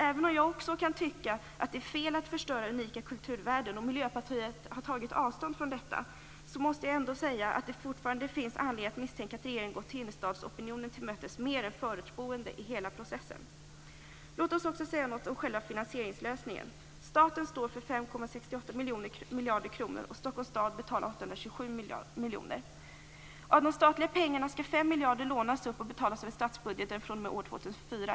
Även om jag också kan tycka att det är fel att förstöra unika kulturvärden och Miljöpartiet har tagit avstånd från sådant, måste jag säga att det fortfarande finns anledning att misstänka att regeringen i hela processen har gått innerstadsopinionen till mötes mer än man gjort vad gäller de förortsboende. Sedan något om själva finansieringslösningen. Staten står för 5,68 miljarder kronor. Stockholms stad betalar 827 miljoner kronor. Av de statliga pengarna skall 5 miljarder kronor lånas upp och betalas över statsbudgeten fr.o.m. år 2004.